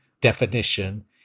definition